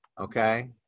okay